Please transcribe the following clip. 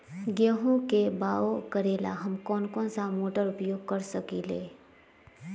गेंहू के बाओ करेला हम कौन सा मोटर उपयोग कर सकींले?